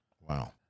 Wow